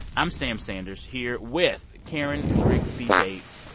i'm sam sanders here with karen grigsby bates,